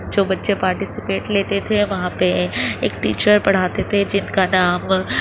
جو بچے پارٹیسپیٹ لیتے تھے وہاں پہ ایک ٹیچر پڑھاتے تھے جن کا نام